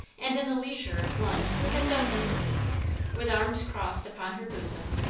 and in the leisure of one who had done her work with arms crossed upon her bosom,